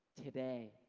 today,